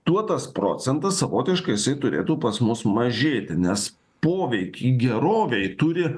tuo tas procentas savotiškai jisai turėtų pas mus mažėti nes poveikį gerovei turi